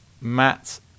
matt